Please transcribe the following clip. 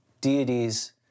deities